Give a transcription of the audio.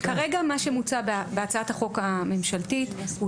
כרגע מה שמוצע בהצעת החוק הממשלתית הוא